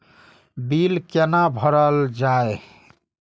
Bill कैना भरल जाय?